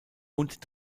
und